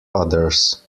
others